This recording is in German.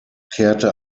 kehrte